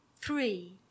three